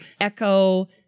echo